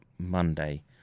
monday